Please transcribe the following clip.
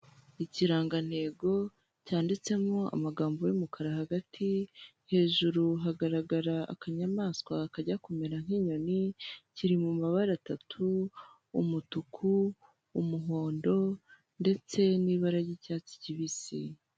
Ikirangantego cyanditsemo amagambo y'umukara hagati, hejuru hagaragara akanyamaswa kajya kumera nk'inyoni, kiri mu mabara atatu: umutuku, umuhondo, ndetse n'ibara ry'icyatsi kibisi.